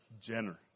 Jenner